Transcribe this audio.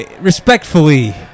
Respectfully